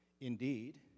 indeed